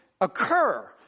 occur